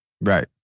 Right